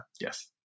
Yes